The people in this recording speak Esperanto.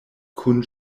kun